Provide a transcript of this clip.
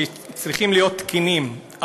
שצריכות להיות תקינות,